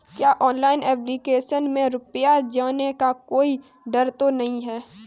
क्या online application में रुपया जाने का कोई डर तो नही है?